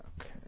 Okay